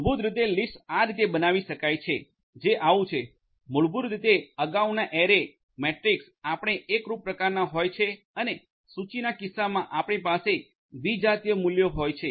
મૂળભૂત રીતે લિસ્ટ આ રીતે બનાવી શકાય છે જે આવું છે મૂળભૂત રીતે અગાઉના એરે મેટ્રિક આપણે એકરૂપ પ્રકારના હોય છે અને સૂચિના કિસ્સામાં આપણી પાસે વિજાતીય મૂલ્યો હોય છે